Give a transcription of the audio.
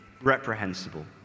reprehensible